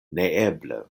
neeble